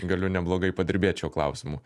galiu neblogai padirbėt šiuo klausimu